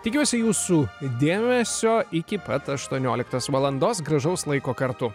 tikiuosi jūsų dėmesio iki pat aštuonioliktos valandos gražaus laiko kartu